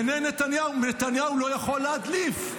בעיני קרעי, נתניהו לא יכול להדליף.